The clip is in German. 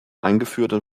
eingeführte